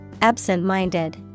Absent-minded